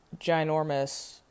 ginormous